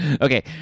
Okay